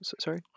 sorry